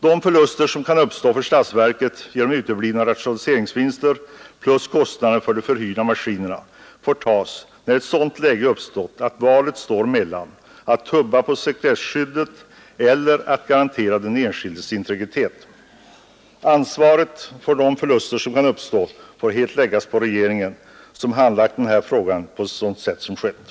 De förluster som kan uppstå för statsverket genom uteblivna rationaliseringsvinster plus kostnaderna för de förhyrda maskinerna får tas när ett sådant läge uppstått att valet står mellan att tumma på sekretesskyddet och att garantera den enskildes integritet. Ansvaret för de förluster som kan uppstå får helt läggas på regeringen som handlagt denna fråga på sätt som skett.